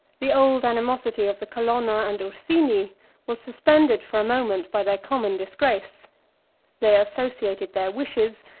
the old animosity of the colonna and ursini was suspended for a moment by their common disgrace they associated their wishes,